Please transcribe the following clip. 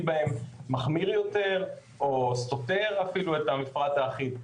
בהם מחמיר יותר או סותר אפילו את המפרט האחיד.